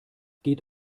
geht